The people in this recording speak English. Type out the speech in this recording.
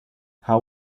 how